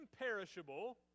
imperishable